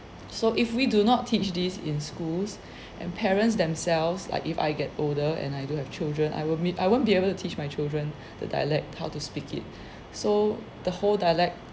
so if we do not teach these in schools and parents themselves like if I get older and I do have children I will be I won't be able to teach my children the dialect how to speak it so the whole dialect